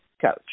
coach